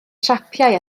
siapiau